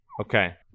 Okay